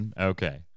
Okay